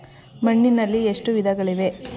ಮಣ್ಣಿನಲ್ಲಿ ಎಷ್ಟು ವಿಧಗಳಿವೆ?